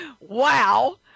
wow